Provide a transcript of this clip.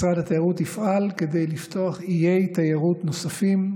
משרד התיירות יפעל כדי לפתוח איי תיירות נוספים,